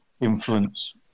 influence